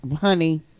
honey